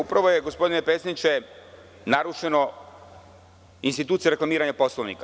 Upravo je, gospodine predsedniče, narušena institucija reklamiranja Poslovnika.